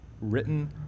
written